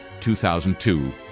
2002